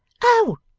oh!